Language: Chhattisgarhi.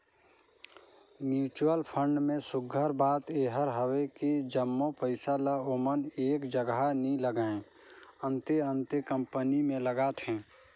म्युचुअल फंड में सुग्घर बात एहर हवे कि जम्मो पइसा ल ओमन एक जगहा नी लगाएं, अन्ते अन्ते कंपनी में लगाथें